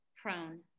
Prone